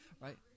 Right